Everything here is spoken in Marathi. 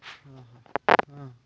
हां हां हां